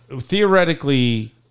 theoretically